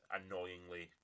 annoyingly